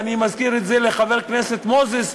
ואני מזכיר את זה לחבר הכנסת מוזס,